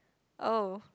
oh